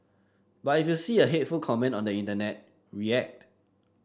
but if you see a hateful comment on the internet react